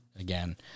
Again